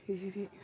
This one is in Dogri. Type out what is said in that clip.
जी जी